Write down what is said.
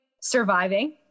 surviving